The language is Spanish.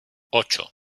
ocho